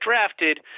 drafted